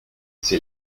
c’est